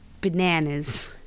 Bananas